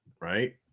right